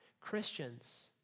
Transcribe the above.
Christians